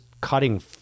cutting